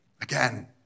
Again